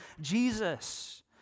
Jesus